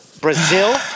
Brazil